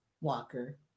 walker